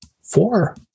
Four